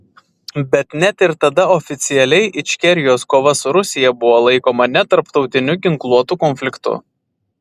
bet net ir tada oficialiai ičkerijos kova su rusija buvo laikoma netarptautiniu ginkluotu konfliktu